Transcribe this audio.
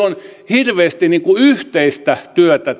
on hirveästi niin kuin yhteistä työtä